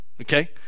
okay